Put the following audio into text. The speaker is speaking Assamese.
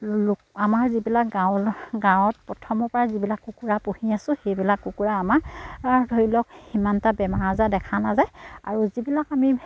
লোক আমাৰ যিবিলাক গাঁৱৰ গাঁৱত প্ৰথমৰপৰাই যিবিলাক কুকুৰা পুহি আছো সেইবিলাক কুকুৰা আমাৰ ধৰি লওক সিমান এটা বেমাৰ আজাৰ দেখা নাযায় আৰু যিবিলাক আমি